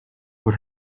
what